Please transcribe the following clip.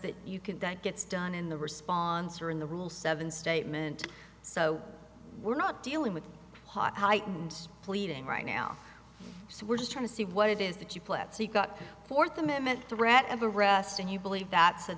that you can that gets done in the response or in the rule seven statement so we're not dealing with hot heightened pleading right now so we're just trying to see what it is that you put so you got fourth amendment threat of arrest and you believe that's a